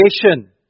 creation